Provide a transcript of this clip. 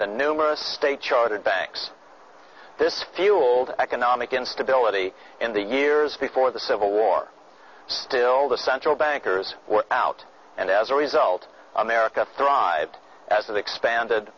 the numerous state chartered banks this fueled economic instability in the years before the civil war still the central bankers were out and as a result america thrived as they expanded